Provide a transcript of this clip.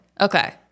Okay